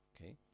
okay